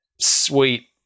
sweet